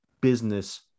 business